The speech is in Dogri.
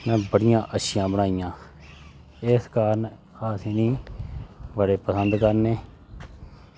इ'नै बड़ियां अच्छियां बनाइयां इस कारण अस इ'नें बड़ा पसंद करने